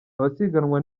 abasiganwa